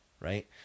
right